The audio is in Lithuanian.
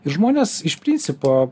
ir žmonės iš principo